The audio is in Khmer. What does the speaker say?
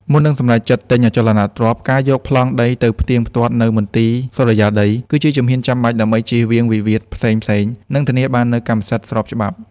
មុននឹងសម្រេចចិត្តទិញអចលនទ្រព្យ ការយកប្លង់ដីទៅផ្ទៀងផ្ទាត់នៅ មន្ទីរសុរិយោដី គឺជាជំហានចាំបាច់ដើម្បីចៀសវាងវិវាទផ្សេងៗ និងធានាបាននូវកម្មសិទ្ធិស្របច្បាប់។